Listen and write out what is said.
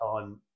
time